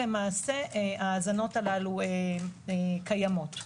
ההזנות האלה קימות.